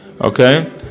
Okay